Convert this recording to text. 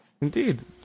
Indeed